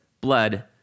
blood